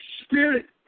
spirit